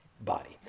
body